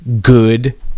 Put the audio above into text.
good